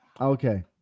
Okay